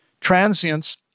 Transience